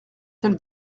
tel